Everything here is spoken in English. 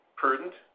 prudent